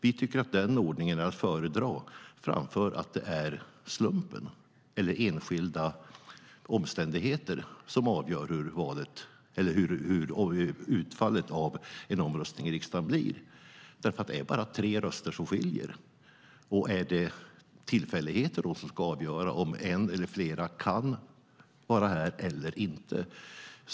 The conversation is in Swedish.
Vi tycker att den ordningen är att föredra framför att det är slumpen eller enskilda omständigheter som avgör hur utfallet av en omröstning i riksdagen blir. Det är bara tre röster som skiljer. Är det tillfälligheter som ska avgöra, om en eller flera kan vara här eller inte?